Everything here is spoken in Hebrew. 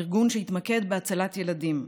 ארגון שהתמקד בהצלת ילדים.